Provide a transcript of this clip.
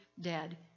dead